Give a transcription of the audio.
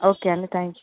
ఒకే అండి thank you